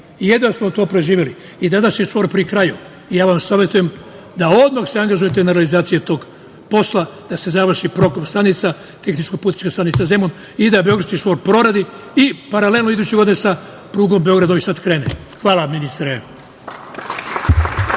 Jedva smo to preživeli. I danas je čvor pri kraju. Ja vam savetujem da se odmah angažujete na realizaciji tog posla, da se završi „Prokop“ stanica, tehničko-putnička stanica „Zemun“ i da Beogradski čvor proradi i da paralelno iduće godine sa prugom Beograd-Novi Sad krene. Hvala.